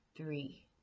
Three